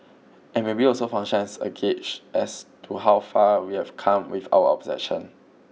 and maybe also function as a gauge as to how far we have come with our obsession